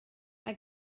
mae